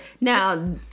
Now